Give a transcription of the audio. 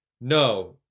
no